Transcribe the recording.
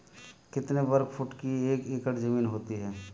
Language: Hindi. कितने वर्ग फुट की एक एकड़ ज़मीन होती है?